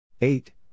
eight